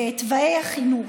בתוואי החינוך.